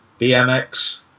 BMX